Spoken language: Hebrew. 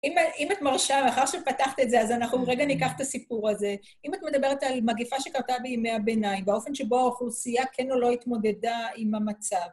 אם את מרשה, מאחר שפתחת את זה, אז אנחנו, רגע, ניקח את הסיפור הזה. אם את מדברת על מגיפה שקרתה בימי הביניים, באופן שבו האוכלוסייה כן או לא התמודדה עם המצב.